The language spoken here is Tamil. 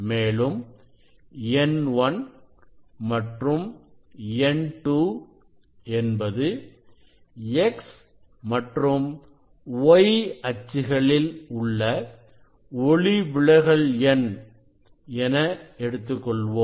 மேலும் n1 மற்றும் n2 என்பது x மற்றும் y அச்சுகளில் உள்ள ஒளிவிலகல் எண் என எடுத்துக் கொள்வோம்